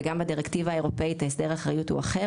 וגם בדירקטיבה האירופאית הסדר האחריות הוא אחר,